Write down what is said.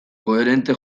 koherente